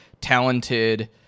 talented